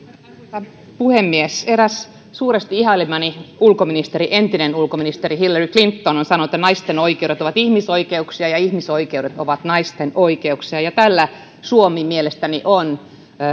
arvoisa puhemies eräs suuresti ihailemani ulkoministeri entinen ulkoministeri hillary clinton on sanonut että naisten oikeudet ovat ihmisoikeuksia ja ihmisoikeudet ovat naisten oikeuksia ja tällä ajatuksella suomi mielestäni on